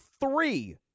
three